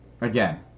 again